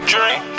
Drink